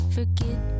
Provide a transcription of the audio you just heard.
Forget